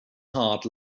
heart